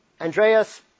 Andreas